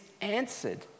answered